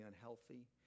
unhealthy